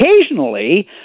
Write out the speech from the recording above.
occasionally